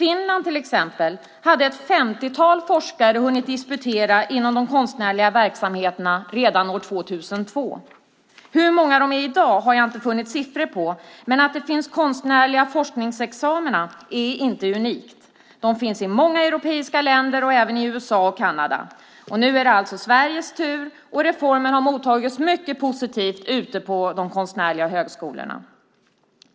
I till exempel Finland hade ett femtiotal forskare hunnit disputera inom de konstnärliga verksamheterna redan år 2002. Hur många de är i dag har jag inte funnit siffror på, men att det finns konstnärliga forskningsexamina är inte unikt. De finns i många europeiska länder och även i USA och i Kanada. Nu är det alltså Sveriges tur, och reformen har mottagits mycket positivt på de konstnärliga högskolorna.